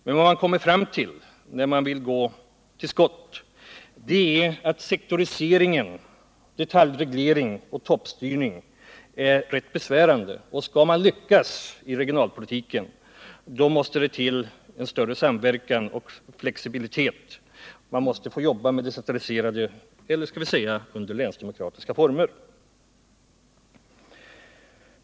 Där har man kommit fram till, när man nu vill gå till skott, att sektorisering, detaljreglering och toppstyrning är rätt besvärande. Skall man lyckas inom regionalpolitiken, måste det till en större samverkan och flexibilitet. Man måste få jobba decentraliserat eller under länsdemokratiska former.